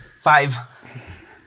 Five